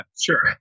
sure